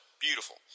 beautiful